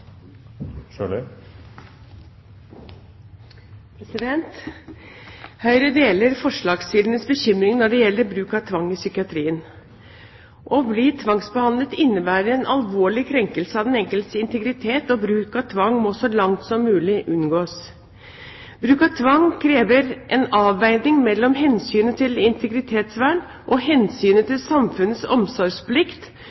enkelte. Høyre deler forslagsstillernes bekymring når det gjelder bruk av tvang i psykiatrien. Å bli tvangsbehandlet innebærer en alvorlig krenkelse av den enkeltes integritet, og bruk av tvang må så langt som mulig unngås. Bruk av tvang krever en avveining mellom hensynet til integritetsvern og hensynet